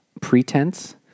Pretense